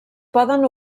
poden